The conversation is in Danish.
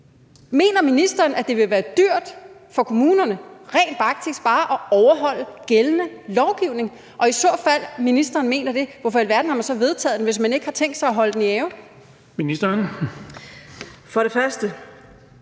Mener ministeren, at det vil være dyrt for kommunerne rent faktisk bare at overholde gældende lovgivning? Og hvis ministeren mener det, hvorfor i alverden har man så vedtaget den, altså hvis man ikke har tænkt sig at holde den i ave? Kl. 17:09 Den